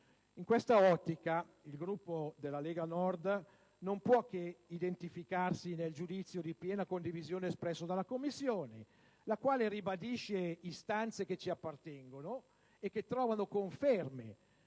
In quest'ottica il Gruppo della Lega Nord non può che identificarsi nel giudizio di piena condivisione espresso dalla Commissione, la quale ribadisce istanze che ci appartengono e che trovano conferme